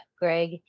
Greg